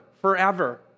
forever